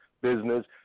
business